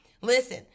listen